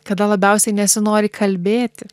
kada labiausiai nesinori kalbėti